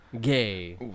gay